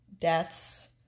deaths